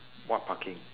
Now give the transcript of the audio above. what parking